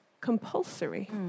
compulsory